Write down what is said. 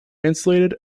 insulated